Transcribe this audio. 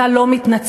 אתה לא מתנצל,